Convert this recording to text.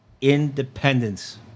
independence